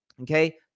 okay